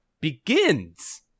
begins